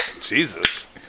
Jesus